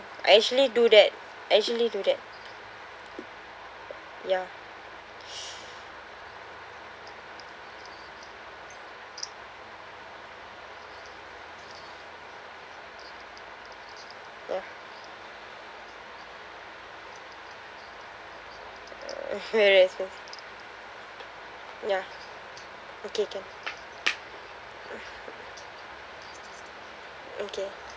I actually do that actually do that ya ya go rest first ya okay can okay